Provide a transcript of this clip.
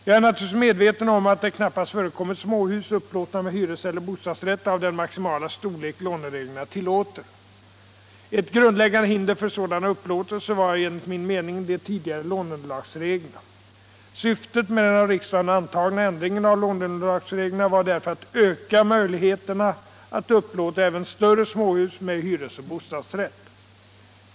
Jag är naturligtvis medveten om att det knappast förekommer småhus upplåtna med hyreseller bostadsrätt av den maximala storlek lånereglerna tillåter. Ett grundläggande hinder för sådana upplåtelser var enligt min mening de tidigare låneunderlagsreglerna. Syftet med den av riksdagen antagna ändringen av låneunderlagsreglerna var därför att öka möjligheterna att upplåta även större småhus med hyresoch bostadsrätt.